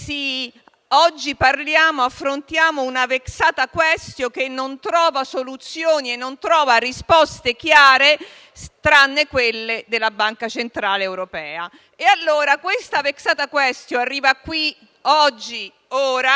oggi affrontiamo una *vexata quaestio*, che non trova soluzioni e non trova risposte chiare, tranne quelle della Banca centrale europea. Questa *vexata quaestio* arriva qui, oggi, ora,